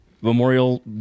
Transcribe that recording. Memorial